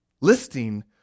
listing